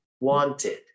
wanted